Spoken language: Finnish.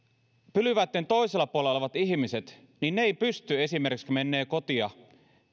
pylväitten toisella puolella olevat ihmiset eivät pysty esimerkiksi kun menevät kotiin